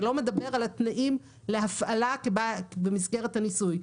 זה לא מדבר על התנאים להפעלה במסגרת הניסוי.